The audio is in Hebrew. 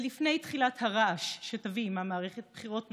ולפני תחילת הרעש שתביא עימה מערכת בחירות נוספת,